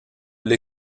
l’ai